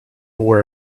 wore